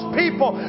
people